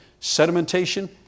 sedimentation